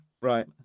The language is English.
Right